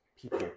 people